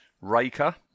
Raker